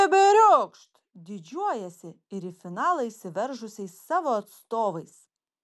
keberiokšt didžiuojasi ir į finalą išsiveržusiais savo atstovais